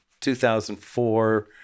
2004